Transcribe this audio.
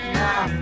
now